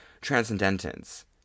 transcendence